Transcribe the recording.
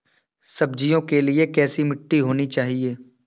सब्जियों के लिए कैसी मिट्टी होनी चाहिए?